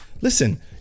listen